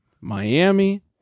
Miami